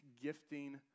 gifting